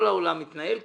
כל העולם מתנהל כך.